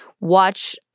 Watch